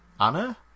Anna